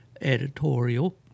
editorial